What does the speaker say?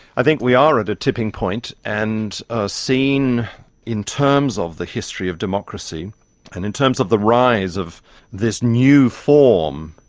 i think we are at a tipping point, and ah seen in terms of the history of democracy and in terms of the rise of this new form,